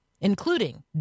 including